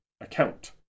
account